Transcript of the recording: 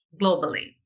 globally